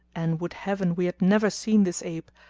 and would heaven we had never seen this ape,